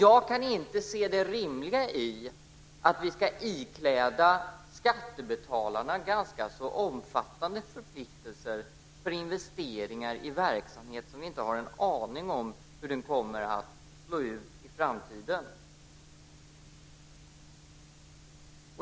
Jag kan inte se det rimliga i att vi ska ikläda skattebetalarna ganska så omfattande förpliktelser för investeringar i verksamhet som vi inte har en aning om hur den kommer att slå i framtiden.